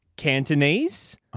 Cantonese